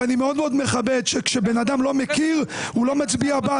ואני מאוד מכבד שכשבן אדם לא מכיר הוא לא מצביע בעד.